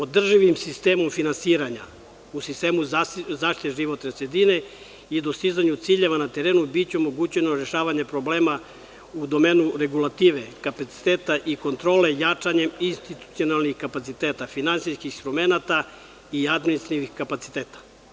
Održivim sistemom finansiranja u sistemu zaštite životne sredine i dostizanju ciljeva na terenu biće omogućeno rešavanje problema u domenu regulative, kapaciteta i kontrole jačanjem institucionalnih kapaciteta, finansijskih momenata i administrativnih kapaciteta.